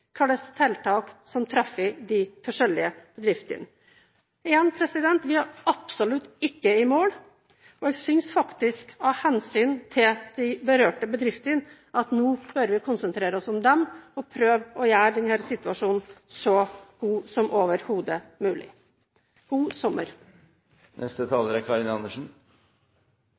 tiltak som treffer de forskjellige bedriftene. Igjen: Vi er absolutt ikke i mål, og jeg synes faktisk at vi av hensyn til de berørte bedriftene, nå bør konsentrere oss om dem, og prøve å gjøre denne situasjonen så god som overhodet mulig. God sommer!